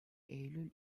eylül